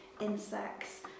insects